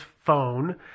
phone